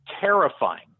Terrifying